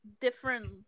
Different